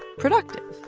productive,